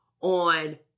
on